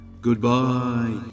Goodbye